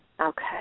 Okay